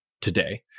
today